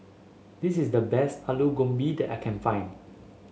this is the best Alu Gobi that I can find